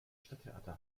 stadttheater